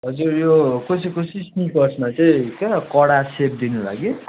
हजुर यो कसै कसै स्निकर्समा चाहिँ क्या कडा सेप दिनु लागि